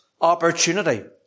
opportunity